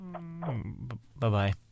Bye-bye